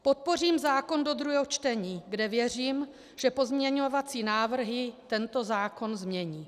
Podpořím zákon do druhého čtení, kde věřím, že pozměňovací návrhy tento zákon změní.